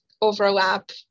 overlap